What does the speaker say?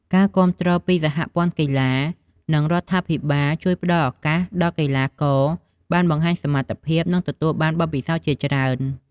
ការគាំទ្រពីសហព័ន្ធកីឡា និងរដ្ឋាភិបាល ជួយផ្តល់ឱកាសដល់កីឡាករបានបង្ហាញសមត្ថភាព និងទទួលបានបទពិសោធន៍ជាច្រើន។